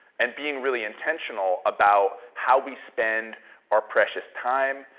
and being really intentional about how we spend our precious time,